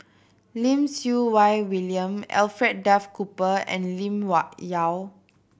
Lim Siew Wai William Alfred Duff Cooper and Lim Yau